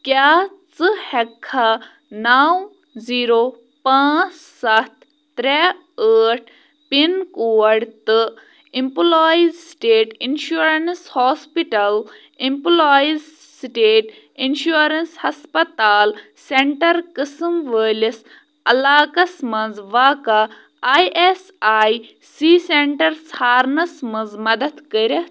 کیٛاہ ژٕ ہٮ۪کہٕ کھا نَو زیٖرو پانٛژھ سَتھ ترٛےٚ ٲٹھ پِن کوڈ تہٕ employees state insurance hospital employees state insurance ہَسپَتال سٮ۪نٛٹَر قٕسٕم وٲلِس علاقَس منٛز واقعہ I S I C centre ژھارنَس منٛز مدتھ کٔرِتھ